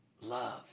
love